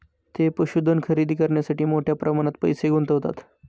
ते पशुधन खरेदी करण्यासाठी मोठ्या प्रमाणात पैसे गुंतवतात